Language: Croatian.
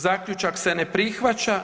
Zaključak se ne prihvaća.